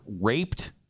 raped